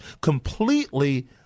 completely